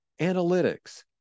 analytics